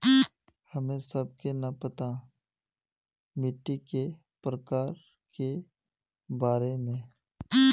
हमें सबके न पता मिट्टी के प्रकार के बारे में?